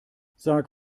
sag